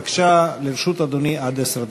בבקשה, לרשות אדוני עד עשר דקות.